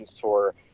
tour